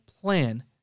plan